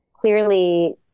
clearly